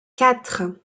quatre